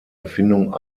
erfindung